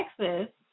Texas